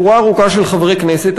שורה ארוכה של חברי כנסת,